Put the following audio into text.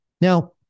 Now